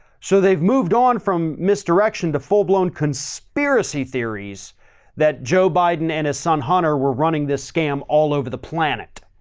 so they've moved on from misdirection to full-blown conspiracy theories that joe biden and his son hunter, we're running this scam all over the planet.